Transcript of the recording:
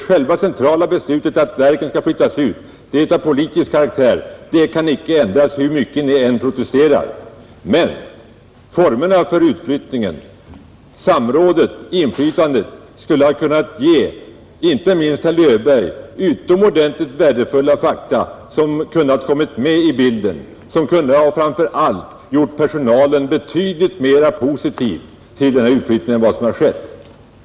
Själva det centrala beslutet att verken skall flyttas ut kan förklaras vara av politisk karaktär och kan icke ändras hur mycket personalen än protesterar, men när det gäller inflytandet på formerna för utflyttningen skulle samrådet ha kunnat ge inte minst herr Löfberg utomordentligt värdefulla uppslag och fakta. Dessa hade kunnat komma med i handläggningen som härigenom hade kunnat göra personalen betydligt mera positiv till utflyttningen än vad som har blivit fallet.